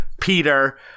Peter